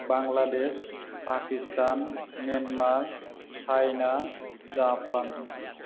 Bangladesh Pakistan Myanmar China Japan